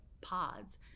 pods